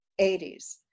80s